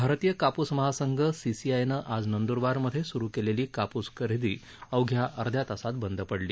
भारतीय काप्स महासंघ सीसीआयनं आज नंद्रबारमध्ये सुरु केलेली काप्स खरेदी अवघ्या अध्यातासात बंद पडली